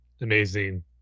amazing